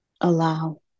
allow